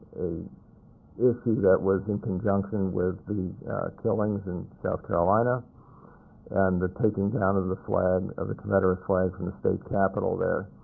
a issue that was in conjunction with the killings in south carolina and the taking down of the flag of the confederate flag from the state capitol there.